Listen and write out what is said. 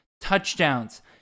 touchdowns